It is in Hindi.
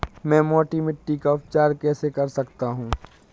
मैं मोटी मिट्टी का उपचार कैसे कर सकता हूँ?